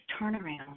turnaround